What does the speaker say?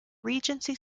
regency